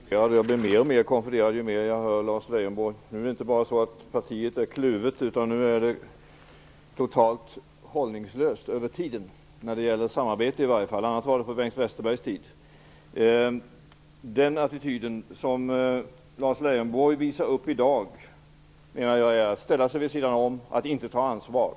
Fru talman! Jag blir mer och mer konfunderad ju mer jag hör Lars Leijonborg. Nu är det inte bara så att partiet är kluvet, nu är det totalt hållningslöst över tiden, i varje fall när det gäller samarbete. Annat var det på Bengt Westerbergs tid. Den attityd som Lars Leijonborg visar upp i dag menar jag innebär att ställa sig vid sidan om och att inte ta ansvar.